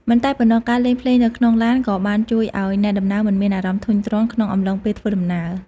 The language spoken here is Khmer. មិនតែប៉ុណ្ណោះ ការលេងភ្លេងនៅក្នុងឡានក៏បានជួយឱ្យអ្នកដំណើរមិនមានអារម្មណ៍ធុញទ្រាន់ក្នុងអំឡុងពេលធ្វើដំណើរ។